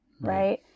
Right